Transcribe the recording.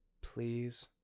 please